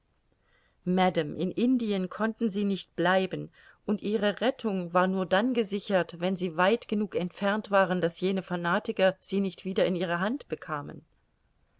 in indien konnten sie nicht bleiben und ihre rettung war nur dann gesichert wenn sie weit genug entfernt waren daß jene fanatiker sie nicht wieder in ihre hand bekamen